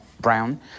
brown